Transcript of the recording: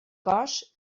cos